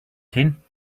thing